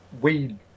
weed